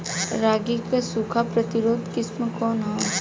रागी क सूखा प्रतिरोधी किस्म कौन ह?